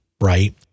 right